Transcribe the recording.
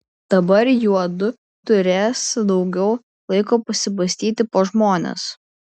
dabar juodu turės daugiau laiko pasibastyti po žmones